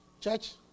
Church